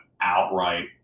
outright